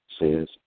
says